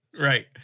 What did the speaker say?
right